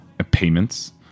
payments